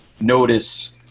notice